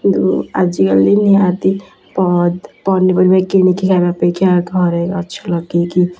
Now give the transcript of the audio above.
କିନ୍ତୁ ଆଜିକାଲି ନିହାତି ପନିପରିବା କିଣିବା ଅପେକ୍ଷା ଘରେ ଗଛ ଲଗେଇକି